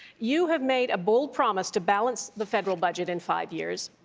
you have made a bold promise to balance the federal budget in five years.